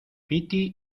piti